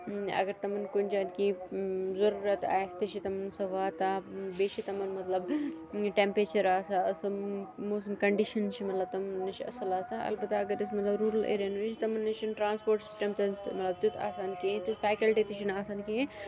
اَگَر تِمَن کُنہِ جایہِ کینٛہہ ضروٗرَت آسہِ تہِ چھِ تِم سۄ واتان بیٚیہِ چھِ تِمَن مَطلَب ٹیٚمپریچَر آسان اصل موسم کَنڈِشَن چھِ مِلان تِمَن نِش اَصل آسان اَلبَتہ اَگَر أسۍ روٗرَل ایریاہَن نِش تِمَن نِش چھُنہٕ ٹرانسپوٹ سِسٹَم تِیُتھ آسان کہیٖنۍ تِژھ فیکَلٹی تہِ چھُنہٕ آسان کِہیٖنۍ